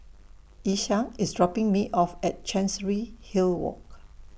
Isaak IS dropping Me off At Chancery Hill Walk